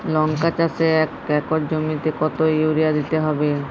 লংকা চাষে এক একর জমিতে কতো ইউরিয়া দিতে হবে?